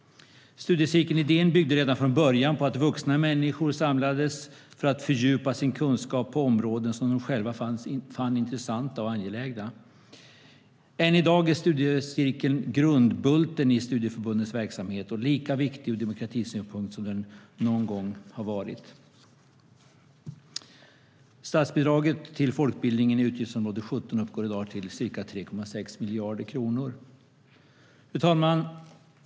Studiecirkelidén byggde redan från början på att vuxna människor samlades för att fördjupa sin kunskap på områden som de själva fann intressanta och angelägna. Än i dag är studiecirkeln grundbulten i studieförbundens verksamhet och lika viktig ur demokratisynpunkt som den någon gång har varit. Statsbidraget till folkbildningen i utgiftsområde 17 uppgår i dag till ca 3,6 miljarder kronor. Fru talman!